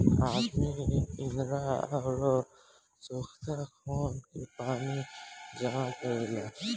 आदमी इनार अउर सोख्ता खोन के पानी जमा करेला